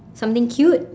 something cute